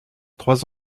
trois